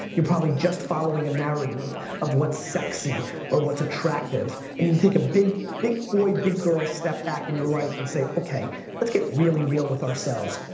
you're probably just following a narrative of what's sexy or what's attractive need to take a big boy, big girl step back in your life and say okay let's get really real with ourselves.